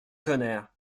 tonnerre